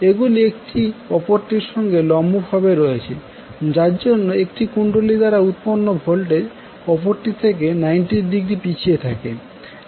এইগুলি একটি অপরটির সঙ্গে লম্ব ভাবে রয়েছে যার জন্য একটি কুণ্ডলী দ্বারা উৎপন্ন ভোল্টেজ অপরটি থেকে 90০ পিছিয়ে থাকে